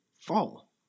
fall